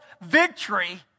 victory